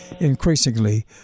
increasingly